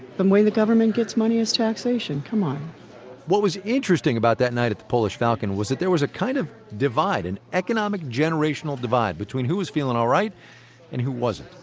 the way the government gets money is taxation, come on what was interesting about that night at the polish falcon was that there was a kind of divide an economic generational divide between who was feeling alright and who wasn't.